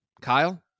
Kyle